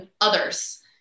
others